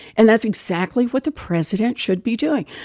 and that's exactly what the president should be doing.